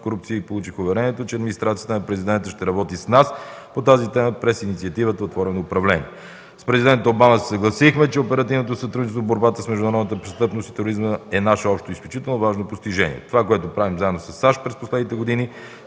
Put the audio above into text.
корупцията и получих уверението, че администрацията на президента ще работи с нас по тази тема през инициативата „Отворено управление”. С президента Обама се съгласихме, че оперативното сътрудничество в борбата срещу международната престъпност и тероризма е наше общо изключително важно постижение. Това, което правим заедно със САЩ през последните години